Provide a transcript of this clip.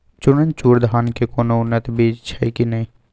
चननचूर धान के कोनो उन्नत बीज छै कि नय?